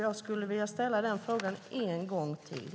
Jag skulle vilja ställa den frågan en gång till.